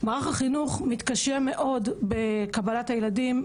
מערך החינוך מתקשה מאוד בקבלת הילדים,